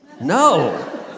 No